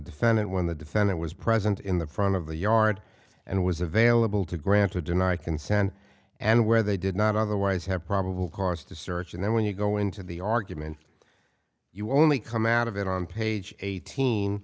defendant when the defendant was present in the front of the yard and was available to grant or deny consent and where they did not otherwise have probable cause to search and then when you go into the argument you only come out of it on page eighteen